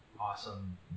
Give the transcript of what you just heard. awesome